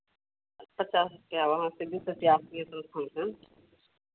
पचास रुपैया वहाँ से बीस रुपैया सिंहेश्वर स्थान से हाँ